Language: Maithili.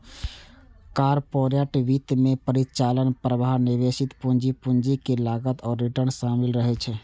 कॉरपोरेट वित्त मे परिचालन प्रवाह, निवेशित पूंजी, पूंजीक लागत आ रिटर्न शामिल रहै छै